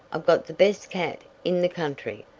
i've got the best cat in the country.